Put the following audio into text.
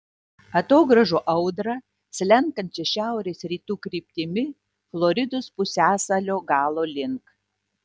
atogrąžų audrą slenkančią šiaurės rytų kryptimi floridos pusiasalio galo link